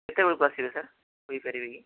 କେତେବେଳକୁ ଆସିବେ ସାର୍ କହିପାରିବେ କି